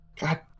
God